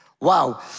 Wow